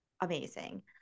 amazing